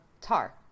tar